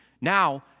now